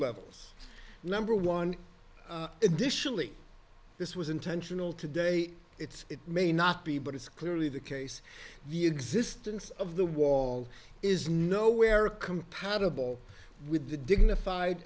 levels number one additionally this was intentional today it's it may not be but it's clearly the case the existence of the wall is nowhere compatible with the dignified